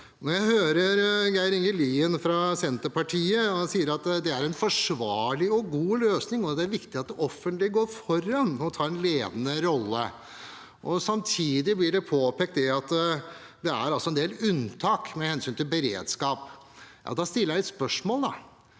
Jeg hører Geir Inge Lien fra Senterpartiet si at det er en forsvarlig og god løsning, og at det er viktig at det offentlige går foran og tar en ledende rolle. Samtidig blir det påpekt at det er en del unntak med hensyn til beredskap. Da stiller jeg et spørsmål: